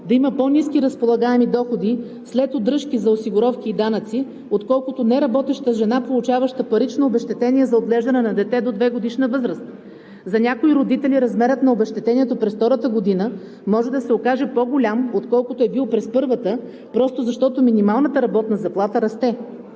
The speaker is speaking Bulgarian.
да има по-ниски разполагаеми доходи след удръжки за осигуровки и данъци, отколкото неработеща жена, получаваща парично обезщетение за отглеждане на дете до 2-годишна възраст. За някои родители размерът на обезщетението през втората година може да се окаже по-голям, отколкото е бил през първата, просто защото минималната работна заплата расте.